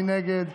מי נגד?